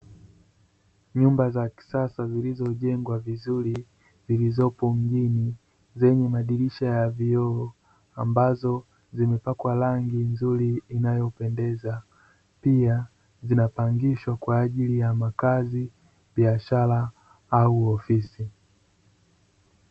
Nyumba za kisasa zilizojengwa vizuri zilizopo mjini zenye madirisha ya vioo, ambazo zimepakwa rangi nzuri inayopendeza. Pia zinapangishwa kwa ajili ya makazi, biashara au ofisi.